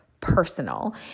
personal